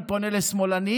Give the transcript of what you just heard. אני פונה לשמאלנים,